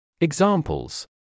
Examples